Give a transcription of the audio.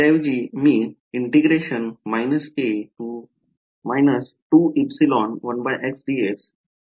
त्याऐवजी मी हे करतो